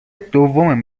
دوم